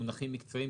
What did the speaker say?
מונחים מקצועיים.